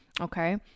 okay